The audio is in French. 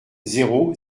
zéro